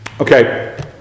Okay